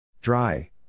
Dry